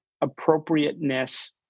appropriateness